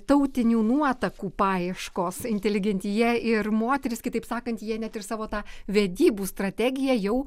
tautinių nuotakų paieškos inteligentija ir moterys kitaip sakant jie net ir savo tą vedybų strategiją jau